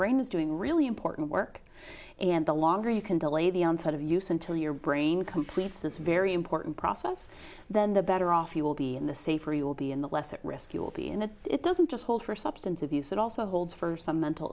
brain is doing really important work and the longer you can delay the onset of use until your brain completes this very important process then the better off you will be and the safer you will be in the less at risk you will be in that it doesn't just hold for substance abuse it also holds for some mental